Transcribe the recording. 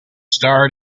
starred